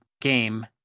game